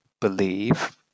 believe